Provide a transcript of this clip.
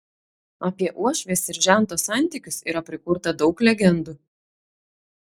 apie uošvės ir žento santykius yra prikurta daug legendų